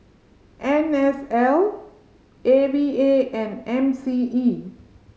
N S L A V A and M C E